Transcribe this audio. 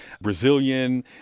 Brazilian